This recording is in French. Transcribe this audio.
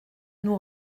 nous